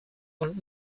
und